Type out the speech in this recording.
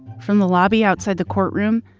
from the lobby outside the courtroom,